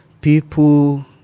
People